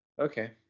okay